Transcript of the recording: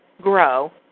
grow